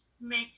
make